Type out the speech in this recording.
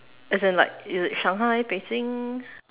as in like Shanghai Beijing